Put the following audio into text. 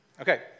Okay